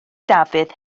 dafydd